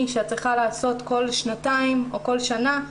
שאת צריכה לעשות כל שנתיים או כל שנה,